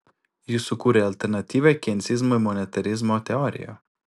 jis sukūrė alternatyvią keinsizmui monetarizmo teoriją